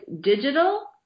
digital